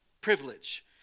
privilege